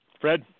Fred